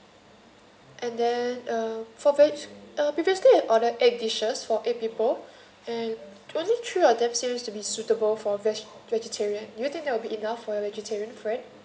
and then uh for vege~ uh previously you ordered eight dishes for eight people and only three of them seems to be suitable for vege~ vegetarian do you think that would be enough for your vegetarian friend